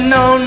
no